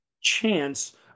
chance